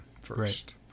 first